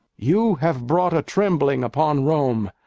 you have brought a trembling upon rome,